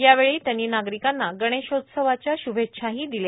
यावेळी त्यांनी नागरिकांना गणेशत्सोवाच्या श्भेच्छाही दिल्या